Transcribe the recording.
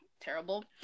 terrible